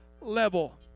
level